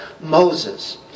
Moses